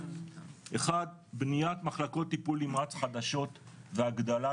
אחד, בניית מחלקות טיפול נמרץ חדשות והגדלת